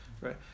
right